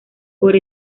por